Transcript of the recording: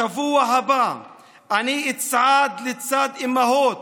בשבוע הבא אני אצעד לצד אימהות